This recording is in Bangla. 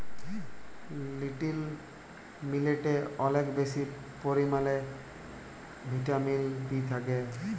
লিটিল মিলেটে অলেক বেশি পরিমালে ভিটামিল বি থ্যাকে